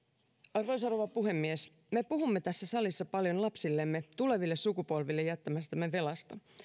arvoisa rouva puhemies me puhumme tässä salissa paljon lapsillemme tuleville sukupolville jättämästämme velasta